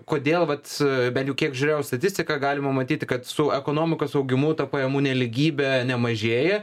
kodėl vat bent jau kiek žiūrėjau statistiką galima matyti kad su ekonomikos augimu pajamų nelygybė nemažėja